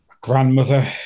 grandmother